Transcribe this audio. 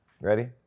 Ready